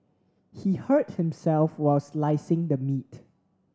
he hurt himself while slicing the meat